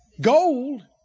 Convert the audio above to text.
gold